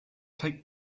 take